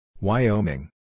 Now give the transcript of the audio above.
Wyoming